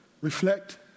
Reflect